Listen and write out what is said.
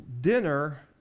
dinner